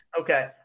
Okay